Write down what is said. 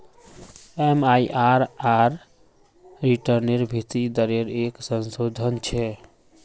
MIRR रिटर्नेर भीतरी दरेर एक संशोधन छे